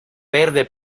verde